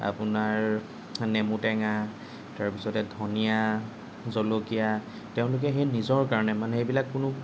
আপোনাৰ নেমু টেঙা তাৰপিছতে ধনিয়া জলকীয়া তেওঁলোকে সেই নিজৰ কাৰণে মানে এইবিলাক কোনো